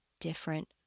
different